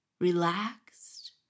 relaxed